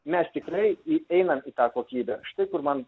mes tikrai įeinam į tą kokybę štai kur man